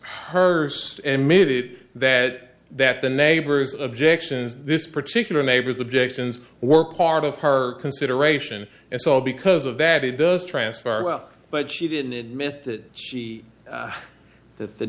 first and made it that that the neighbor's objections this particular neighbor's objections were part of her consideration it's all because of that it does transfer well but she didn't admit that she that the